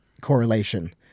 correlation